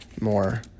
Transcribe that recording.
more